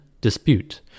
dispute